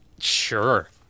Sure